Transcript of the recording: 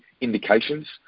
indications